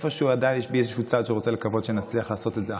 איפשהו עדיין יש בי איזשהו צד שרוצה לקוות שנצליח לעשות את זה אחרת.